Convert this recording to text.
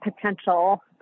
potential